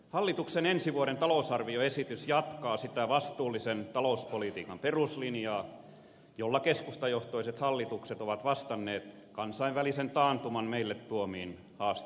hallituksen ensi vuoden talousarvioesitys jatkaa sitä vastuullisen talouspolitiikan peruslinjaa jolla keskustajohtoiset hallitukset ovat vastanneet kansainvälisen taantuman meille tuomiin haasteisiin